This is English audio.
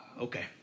Okay